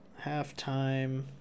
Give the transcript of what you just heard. halftime